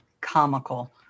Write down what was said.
comical